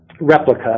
replica